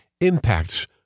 impacts